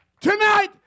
Tonight